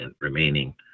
remaining